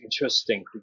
interesting